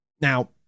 now